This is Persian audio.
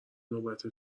نوبت